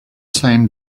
same